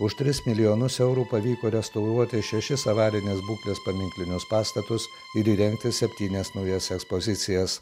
už tris milijonus eurų pavyko restauruoti šešis avarinės būklės paminklinius pastatus ir įrengti septynias naujas ekspozicijas